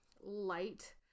light